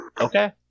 Okay